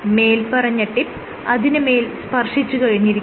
മേല്പറഞ്ഞ ടിപ്പ് അതിനുമേൽ സ്പർശിച്ചു കഴിഞ്ഞിരിക്കുന്നു